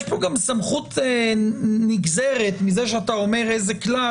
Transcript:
יש פה גם סמכות נגזרת מזה שאתה אומר איזה כלל